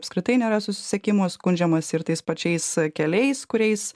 apskritai nėra susisiekimo skundžiamasi ir tais pačiais keliais kuriais